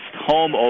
home